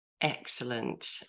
excellent